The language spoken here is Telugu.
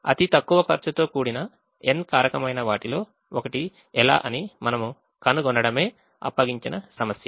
అతి తక్కువ ఖర్చుతో కూడిన n కారకమైన వాటిలో ఒకటి ఎలా అని మనము కనుగొనడమే అప్పగించిన సమస్య